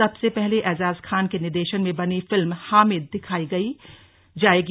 सबसे पहले एजाज खान के निर्देशन में बनी फिल्म हामिद दिखाई जाएगी